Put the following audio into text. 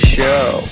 Show